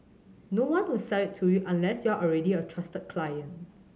no one will sell it to you unless you're already a trusted client